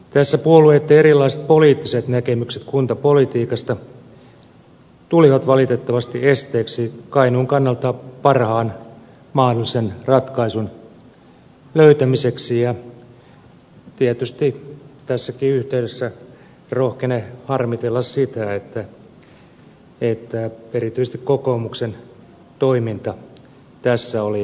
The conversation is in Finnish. tässä puolueitten erilaiset poliittiset näkemykset kuntapolitiikasta tulivat valitettavasti esteeksi kainuun kannalta parhaan mahdollisen ratkaisun löytämiseksi ja tietysti tässäkin yhteydessä rohkenen harmitella sitä että erityisesti kokoomuksen toiminta tässä oli harmittavaa